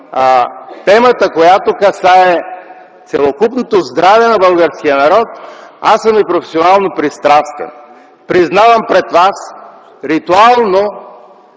темата, която касае целокупното здраве на българския народ, аз съм и професионално пристрастен. Признавам пред вас – ритуално